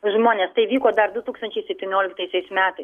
žmones tai vyko dar du tūkstančiai septynioliktaisiais metais